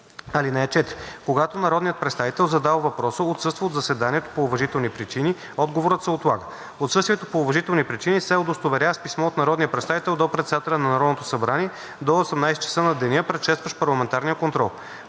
случаи. (4) Когато народният представител, задал въпроса, отсъства от заседанието по уважителни причини, отговорът се отлага. Отсъствието по уважителни причини се удостоверява с писмо от народния представител до председателя на Народното събрание до 18,00 ч. на деня, предшестващ парламентарния контрол.